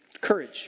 Courage